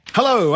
Hello